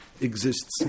exists